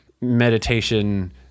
meditation